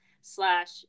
slash